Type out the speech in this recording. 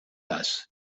das